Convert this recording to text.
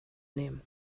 nehmen